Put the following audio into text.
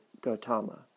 Gautama